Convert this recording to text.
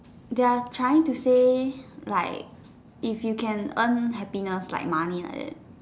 they are trying to say like if you can earn happiness like money like that